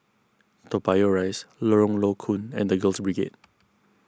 Toa Payoh Rise Lorong Low Koon and the Girls Brigade